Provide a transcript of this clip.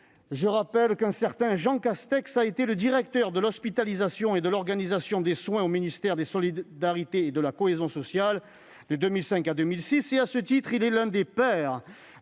je rappelle qu'un certain Jean Castex a été le directeur de l'hospitalisation et de l'organisation des soins au ministère des solidarités et de la cohésion sociale, de 2005 à 2006, et qu'à ce titre il est l'un des pères